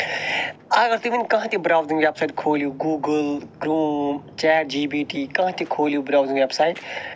اگر تُہۍ وۄنۍ کانٛہہ تہِ براوزِنٛگ ویٚب سایٹ کھوٗلِو Google Chrome chat G P T کانٛہہ تہِ کھوٗلِو براوزِنٛگ ویٚب سایٹ